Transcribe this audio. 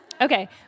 Okay